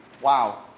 Wow